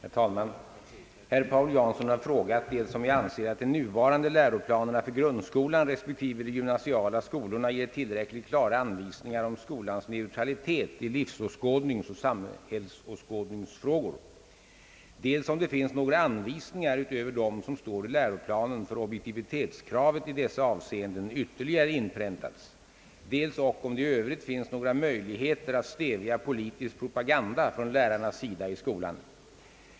Herr talman! Herr Paul Jansson har frågat, dels om jag anser att de nuvarande läroplanerna för grundskolan respektive de gymnasiala skolorna ger tillräckligt klara anvisningar om skolans neutralitet i livsåskådningsoch samhällsåskådningsfrågor, dels om det finns några anvisningar utöver dem som står i läroplanen där objektivitetskravet i dessa avseenden ytterligare inpräntats, dels ock om det i övrigt finns några möjligheter att stävja politisk propaganda från lärarnas sida i skolan.